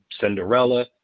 Cinderella